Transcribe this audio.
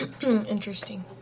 Interesting